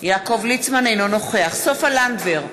אינו נוכח סופה לנדבר,